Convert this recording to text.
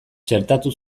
txertatu